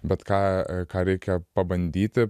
bet ką ką reikia pabandyti